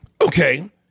Okay